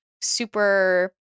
super